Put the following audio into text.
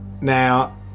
now